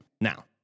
Now